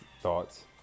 thoughts